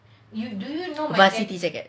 varsity jacket